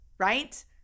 right